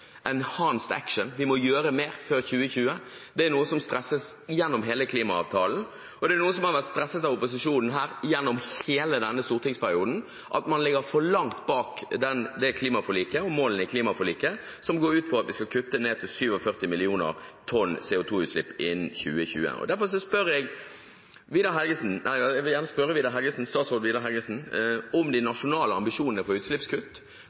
Action». Vi må gjøre mer før 2020. Det er noe som stresses gjennom hele klimaavtalen, og det er noe som har vært stresset av opposisjonen her gjennom hele denne stortingsperioden. Man ligger for langt bak målene i klimaforliket, som går ut på at vi skal kutte ned til 47 millioner tonn CO2-utslipp innen 2020. Derfor vil jeg gjerne spørre statsråd Vidar Helgesen om de nasjonale ambisjonene for utslippskutt: